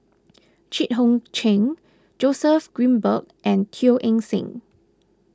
Jit Koon Ch'ng Joseph Grimberg and Teo Eng Seng